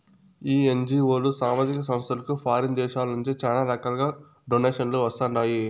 ఈ ఎన్జీఓలు, సామాజిక సంస్థలకు ఫారిన్ దేశాల నుంచి శానా రకాలుగా డొనేషన్లు వస్తండాయి